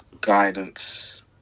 guidance